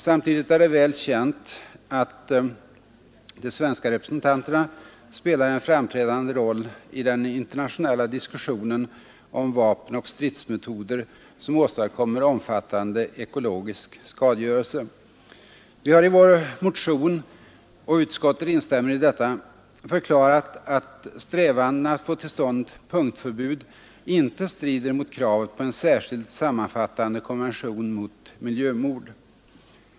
Samtidigt är det väl känt att de svenska representanterna spelar en framträdande roll i den internationella diskussionen om vapen och stridsmetoder som åstadkommer omfattande ekologisk skadegörelse. Vi har i vår motion — och utskottet instämmer i detta — förklarat att strävandena att få till stånd punktförbud inte strider mot kravet på en särskild, sammanfattande konvention mot miljömord.